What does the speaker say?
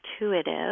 intuitive